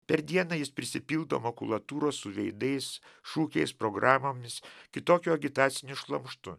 per dieną jis prisipildo makulatūros su veidais šūkiais programomis kitokiu agitaciniu šlamštu